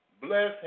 Bless